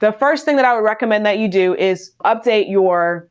the first thing that i would, like um and that you do is update your